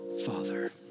Father